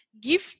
give